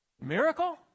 Miracle